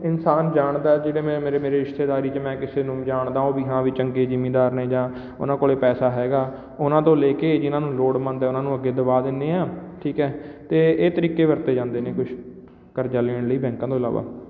ਇਨਸਾਨ ਜਾਣਦਾ ਜਿਹੜੇ ਮੈਂ ਮੇਰੇ ਮੇਰੇ ਰਿਸ਼ਤੇਦਾਰੀ 'ਚ ਮੈਂ ਕਿਸੇ ਨੂੰ ਜਾਣਦਾ ਉਹ ਵੀ ਹਾਂ ਵੀ ਚੰਗੇ ਜ਼ਿਮੀਂਦਾਰ ਨੇ ਜਾਂ ਉਹਨਾਂ ਕੋਲ ਪੈਸਾ ਹੈਗਾ ਉਹਨਾਂ ਤੋਂ ਲੈ ਕੇ ਜਿਨ੍ਹਾਂ ਨੂੰ ਲੋੜਵੰਦ ਆ ਉਹਨਾਂ ਨੂੰ ਅੱਗੇ ਦਿਵਾ ਦਿੰਦੇ ਹਾਂ ਠੀਕ ਹੈ ਅਤੇ ਇਹ ਤਰੀਕੇ ਵਰਤੇ ਜਾਂਦੇ ਨੇ ਕੁਛ ਕਰਜ਼ਾ ਲੈਣ ਲਈ ਬੈਂਕਾਂ ਤੋਂ ਇਲਾਵਾ